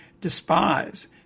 despise